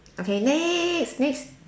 okay next next